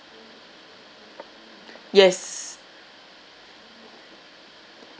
yes